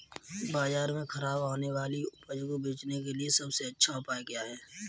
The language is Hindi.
बाजार में खराब होने वाली उपज को बेचने के लिए सबसे अच्छा उपाय क्या है?